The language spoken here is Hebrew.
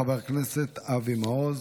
חבר הכנסת אבי מעוז,